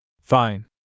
Fine